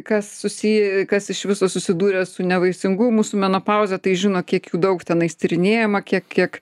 kas susiję kas iš viso susidūręs su nevaisingumu su menopauze tai žino kiek daug tenais tyrinėjama kiek kiek